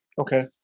Okay